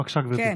בבקשה, גברתי.